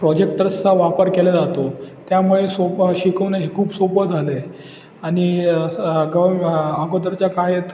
प्रोजेक्टर्सचा वापर केला जातो त्यामुळे सोपं शिकवणं हे खूप सोपं झालं आहे आणि स गव अगोदरच्या काळात